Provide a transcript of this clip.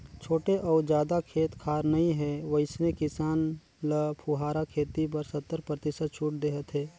छोटे अउ जादा खेत खार नइ हे वइसने किसान ल फुहारा खेती बर सत्तर परतिसत छूट देहत हे